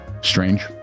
strange